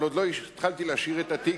אבל עוד לא התחלתי לשיר את "התקווה".